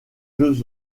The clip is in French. jeux